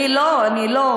אני לא, אני לא.